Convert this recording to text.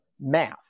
math